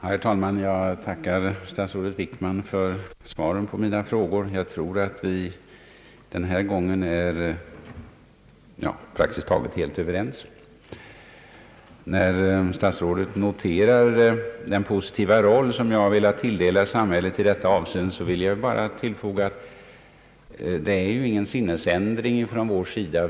Herr talman! Jag tackar statsrådet Wickman för svaren på mina frågor och tror ait vi denna gång är praktiskt taget helt överens. När statsrådet noterar den positiva roll som jag velat tilldela samhället i berörda avseende vill jag bara tillfoga: Det är ingen sinnesändring från vår sida.